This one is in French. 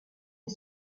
est